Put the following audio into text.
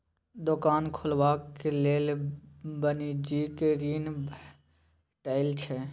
दोकान खोलबाक लेल वाणिज्यिक ऋण भेटैत छै